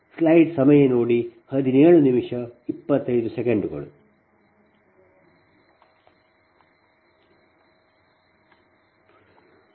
85 ಸಿಕ್ಕಿದೆ